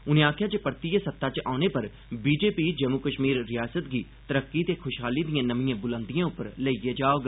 उनें आखेआ जे परतियै सत्ता च औने पर बीजेपी जम्मू कश्मीर रिआसतै दी तरक्की ते खुशहाली दिएं नमिएं बुलंदिएं पर लेई जाग